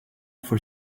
for